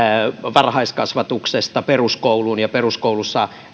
varhaiskasvatuksesta peruskouluun ja peruskoulussa